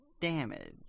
damage